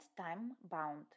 Time-bound